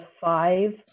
five